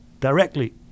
directly